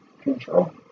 Control